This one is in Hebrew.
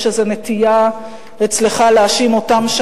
יש איזו נטייה אצלך להאשים אותם,